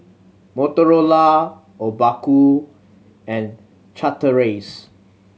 Motorola Obaku and Chateraise